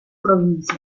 provincia